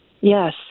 Yes